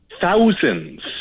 thousands